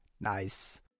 Nice